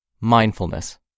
mindfulness